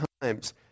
times